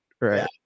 right